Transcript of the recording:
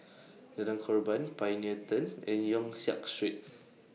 Jalan Korban Pioneer Turn and Yong Siak Street